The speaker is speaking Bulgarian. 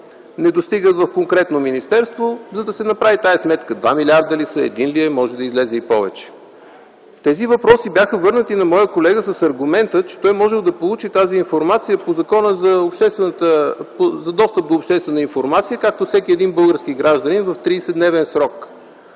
не достигат в конкретно министерство, за да се направи тази сметка – 2 милиарда ли са, един ли е, може да излезе и повече? Тези въпроси бяха върнати на моя колега с аргумента, че може да получи тази информация по Закона за достъп до обществена информация, както всеки един български гражданин – в 30-дневен срок.